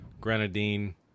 grenadine